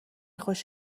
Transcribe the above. خوش